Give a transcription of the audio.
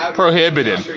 prohibited